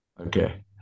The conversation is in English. Okay